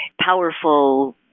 powerful